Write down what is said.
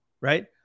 Right